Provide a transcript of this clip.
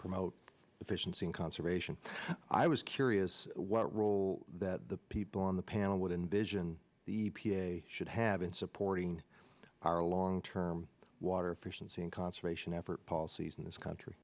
promote efficiency and conservation i was curious what role that the people on the panel would envision the e p a should have in supporting our long term water efficiency and conservation effort policies in this country